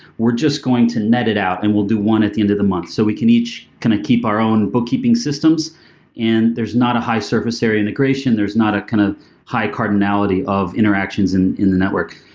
were just going to net it out and we'll do one at the end of the month. so we can each kind of keep our own bookkeeping systems and there's not a high service area integration. there's not a kind of high cardinality of interactions in in the network.